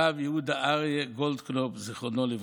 הרב יהודה אריה גולדקנופף, זיכרונו לברכה.